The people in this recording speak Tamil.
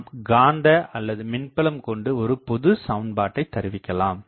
நாம் காந்த அல்லது மின்புலம் கொண்டு ஒரு பொது சமன்பாட்டை தருவிக்கலாம்